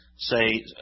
Say